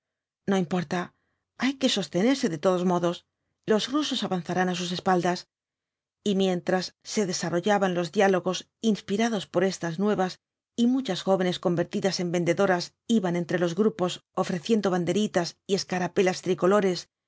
no importa hay que sostenerse de todos modos los rusos avanzarán á sus espaldas y mientras se desarrollaban los diálogos inspirados por estas nuevas y muchas jóvenes convertidas en vendedoras iban entre los grupos ofreciendo banderitas y escarapelas tricolores